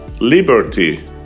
Liberty